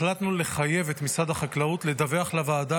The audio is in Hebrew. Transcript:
החלטנו לחייב את משרד החקלאות לדווח לוועדה